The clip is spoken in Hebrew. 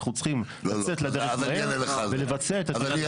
אנחנו צריכים לצאת לדרך ולבצע את הדברים.